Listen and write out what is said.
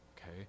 okay